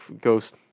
ghost